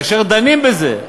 כאשר דנים בזה,